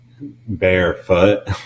Barefoot